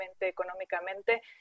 económicamente